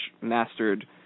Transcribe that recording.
mastered